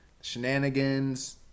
shenanigans